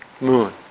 moon